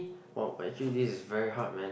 whoa actually this is very hard man